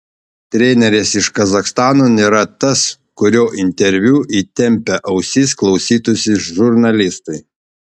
treneris iš kazachstano nėra tas kurio interviu įtempę ausis klausytųsi žurnalistai